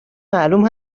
معلوم